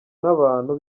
n’abantu